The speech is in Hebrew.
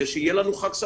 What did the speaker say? ושיהיה לנו חג שמח.